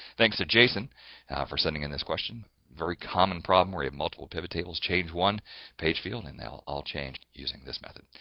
thanks to jason for sending in this question, very common problem. we have multiple pivot tables, change one page field and they'll all change using this method.